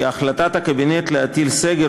היא: החלטת הקבינט להטיל סגר,